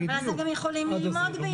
כן, אבל אז הם יכולים ללמוד ביחד.